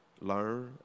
learn